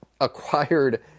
acquired